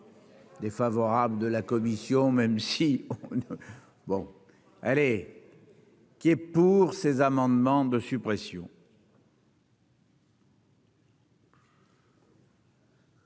défavorable de la commission, même si bon, allez, qui est pour ces amendements de suppression.